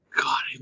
God